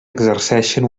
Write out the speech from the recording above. exerceixen